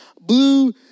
blue